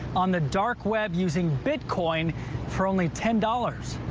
on the dark web using bitcoin for only ten dollars.